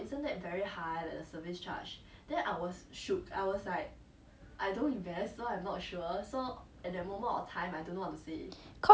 cause I know err also and both got do investment stuff themselves so I think they know the cost ya